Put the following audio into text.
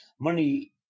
money